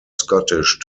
scottish